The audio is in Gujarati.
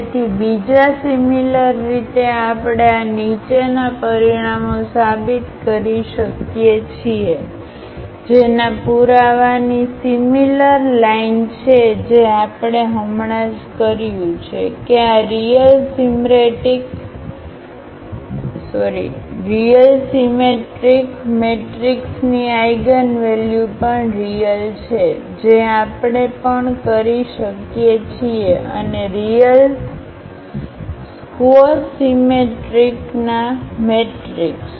તેથી બીજા સિમિલર રીતે આપણે આ નીચેનાં પરિણામો સાબિત કરી શકીએ છીએ જેનાં પુરાવાની સિમિલર લાઈન છે જે આપણે હમણાં જ કર્યું છે કે આ રીયલ સિમેટ્રીક મેટ્રિક્સની આઇગનવેલ્યુ પણ રીયલ છે જે આપણે પણ કરી શકીએ છીએ અને રીયલ સ્ક્વ સિમેટ્રીકના મેટ્રિક્સ